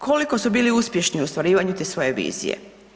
Koliko su bili uspješni u ostvarivanju te svoje vizije?